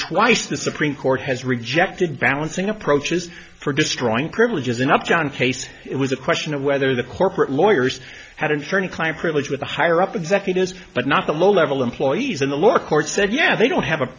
twice the supreme court has rejected balancing approaches for destroying privileges in upjohn case it was a question of whether the corporate lawyers had interned client privilege with the higher up executives but not the low level employees in the lower court said yeah they don't have a